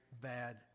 Bad